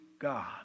God